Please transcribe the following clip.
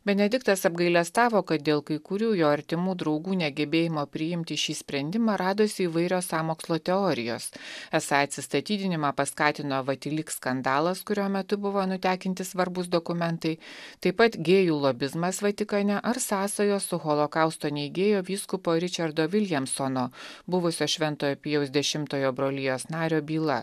benediktas apgailestavo kad dėl kai kurių jo artimų draugų negebėjimo priimti šį sprendimą radosi įvairios sąmokslo teorijos esą atsistatydinimą paskatino vatilik skandalas kurio metu buvo nutekinti svarbūs dokumentai taip pat gėjų lobizmas vatikane ar sąsajos su holokausto neigėjo vyskupo ričardo viljamsono buvusio šventojo pijaus dešimtojo brolijos nario byla